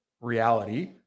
reality